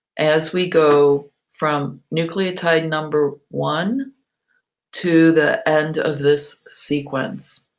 as we go from nucleotide number one to the end of this sequence.